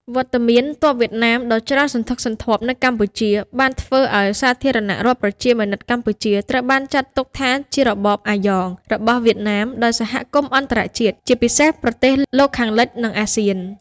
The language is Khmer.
វត្តមានទ័ពវៀតណាមដ៏ច្រើនសន្ធឹកសន្ធាប់នៅកម្ពុជាបានធ្វើឱ្យ សាធារណរដ្ឋប្រជាមានិតកម្ពុជា ត្រូវបានចាត់ទុកថាជារបប "អាយ៉ង" របស់វៀតណាមដោយសហគមន៍អន្តរជាតិ ជាពិសេសប្រទេសលោកខាងលិច និងអាស៊ាន។